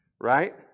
right